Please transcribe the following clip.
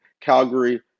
Calgary